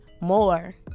more